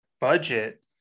budget